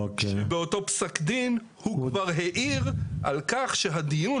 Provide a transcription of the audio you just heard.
באותו פסק דין הוא כבר העיר על כך שהדיון